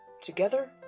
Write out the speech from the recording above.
together